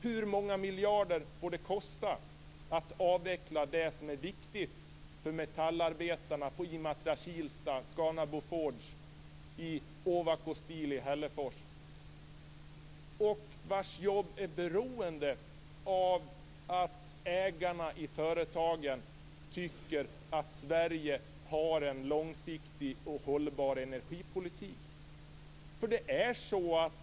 Hur många miljarder får det kosta att avveckla det som är viktigt för metallarbetarna på Imatra, Kilsta, Ovako Steel i Hällefors och vars jobb är beroende av att ägarna i företagen tycker att Sverige har en långsiktig och hållbar energipolitik?